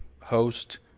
host